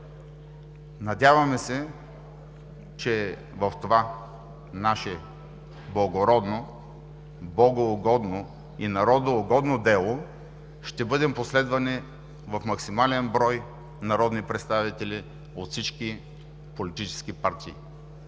Надяваме се, че в това наше благородно, богоугодно и народоугодно дело ще бъдем последвани от максимален брой народни представители от всички политически партии.